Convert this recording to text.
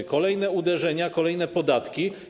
Tu kolejne uderzenia, kolejne podatki.